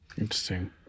Interesting